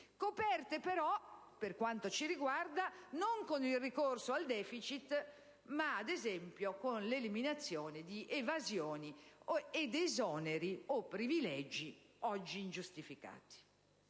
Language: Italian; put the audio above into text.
coperte però, per quanto ci riguarda, non con il ricorso al deficit, ma ad esempio con l'eliminazione di evasioni ed esoneri, o privilegi, oggi ingiustificati.